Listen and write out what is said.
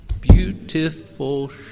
beautiful